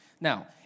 Now